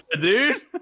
dude